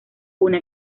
una